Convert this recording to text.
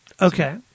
Okay